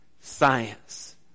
science